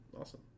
awesome